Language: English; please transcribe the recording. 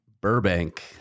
Burbank